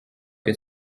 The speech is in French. que